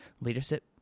leadership